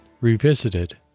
Revisited